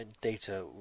data